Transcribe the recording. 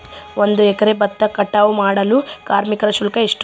ಒಂದು ಎಕರೆ ಭತ್ತ ಕಟಾವ್ ಮಾಡಲು ಕಾರ್ಮಿಕ ಶುಲ್ಕ ಎಷ್ಟು?